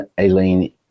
Aileen